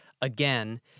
again